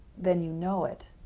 then you know it,